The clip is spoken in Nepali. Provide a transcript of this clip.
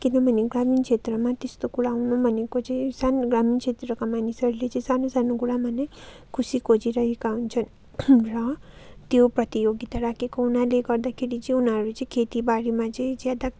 किनकि ग्रामीण क्षेत्रमा त्यस्तो कुरा हुनु भनेको चाहिँ सानो ग्रामीण क्षेत्रको मानिसहरूले सानो सानो कुरामा नै खुसी खोजिरहेका हुन्छन् र त्यो प्रतियोगिता राखेको हुनाले गर्दाखेरि चाहिँ उनीहरू चाहिँ खेतीबारीमा चाहिँ ज्यादा